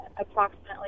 approximately